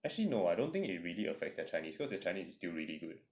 actually no I don't think it really affects their chinese cause their chinese is still really good